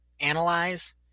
analyze